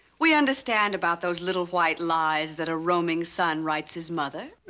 we understand about those little white lies that a roaming son writes his mother.